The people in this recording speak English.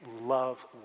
love